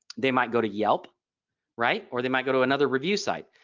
they might go to yelp right or they might go to another review site.